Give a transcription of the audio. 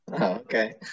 Okay